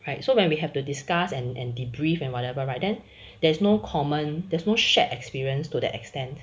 right so when we have to discuss and and debrief and whatever right then there is no common there is no shared experience to the extent